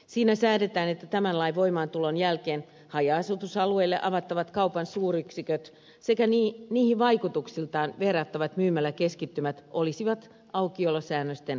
siinä säädetään että tämän lain voimaantulon jälkeen haja asutusalueille avattavat kaupan suuryksiköt sekä niihin vaikutuksiltaan verrattavat myymäläkeskittymät olisivat aukiolosäännösten piirissä